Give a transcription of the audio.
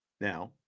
Now